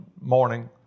morning